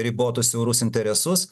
ribotus siaurus interesus